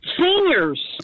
seniors